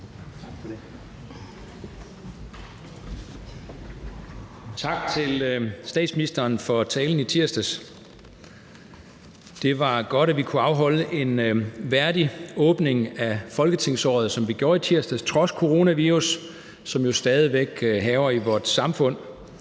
Tak til statsministeren for talen i tirsdags. Det var godt, at vi kunne afholde en værdig åbning af folketingsåret, som vi gjorde i tirsdags, trods coronavirus, som jo stadig væk hærger i vores samfund,